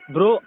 Bro